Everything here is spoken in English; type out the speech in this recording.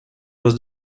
was